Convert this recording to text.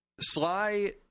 Sly